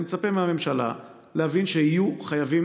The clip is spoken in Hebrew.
אני מצפה מהממשלה להבין שיהיו חייבים